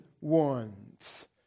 ones